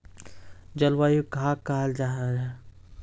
जलवायु कहाक कहाँ जाहा जाहा?